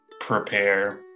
prepare